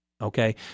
Okay